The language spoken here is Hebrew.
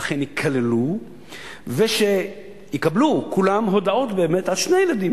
אכן ייכללו ושיקבלו כולם באמת הודעות על שני ההורים.